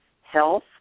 health